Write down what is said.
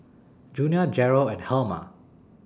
Junia Jarrell and Herma